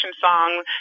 song